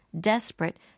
desperate